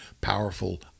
powerful